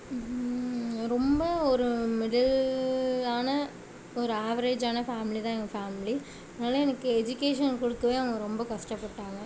ரொம்ப ஒரு மிடில்லான ஒரு ஆவரேஜான ஃபேம்லி தான் எங்கள் ஃபேம்லி அதனால எனக்கு எஜிகேஷன் கொடுக்கவே அவங்க ரொம்ப கஷ்டப்பட்டாங்க